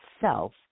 self